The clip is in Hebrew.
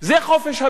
אומרים לך: לא,